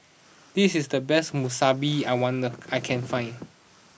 this is the best Monsunabe I wonder I can find